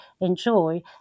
enjoy